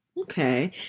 Okay